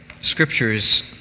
scriptures